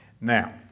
Now